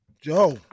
Joe